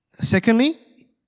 Secondly